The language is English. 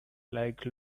like